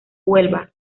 huelva